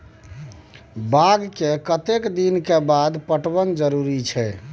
बाग के कतेक दिन के बाद पटवन जरूरी छै?